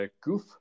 goof